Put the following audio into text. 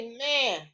Amen